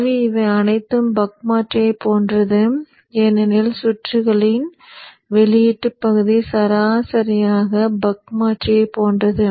எனவே இவை அனைத்தும் பக் மாற்றியை போன்றது ஏனெனில் சுற்றுகளின் வெளியீட்டு பகுதி சரியாக பக் மாற்றியைப் போன்றது